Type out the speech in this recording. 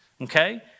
okay